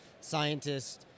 scientists